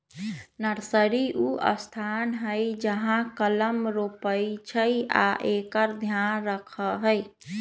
nursery उ स्थान हइ जहा कलम रोपइ छइ आ एकर ध्यान रखहइ